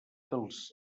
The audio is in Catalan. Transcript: dels